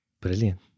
Brilliant